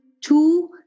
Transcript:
two